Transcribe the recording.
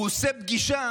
הוא עושה פגישה